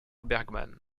bergmann